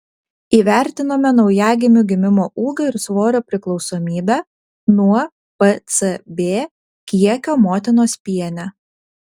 įvertinome naujagimių gimimo ūgio ir svorio priklausomybę nuo pcb kiekio motinos piene